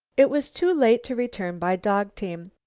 it was too late to return by dog-team.